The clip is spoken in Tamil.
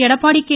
எடப்பாடி கே